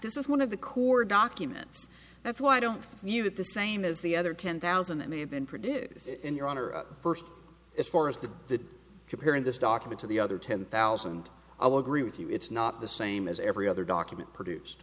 this is one of the core documents that's why don't you get the same as the other ten thousand it may have been produced in your honor first as far as to the comparing this document to the other ten thousand i will agree with you it's not the same as every other document produced